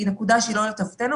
היא נקודה שהיא לא לטובתנו,